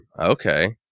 Okay